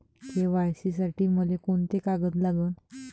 KYC साठी मले कोंते कागद लागन?